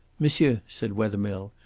monsieur, said wethermill,